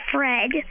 Fred